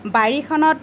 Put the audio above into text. বাৰীখনত